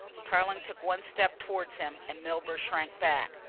tarling took one step towards him and milburgh shrank back.